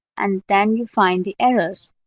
and then you find the errors.